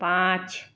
पाँच